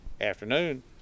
afternoon